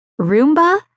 Roomba